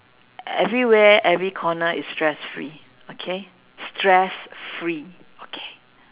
everywhere every corner is stress free okay stress free okay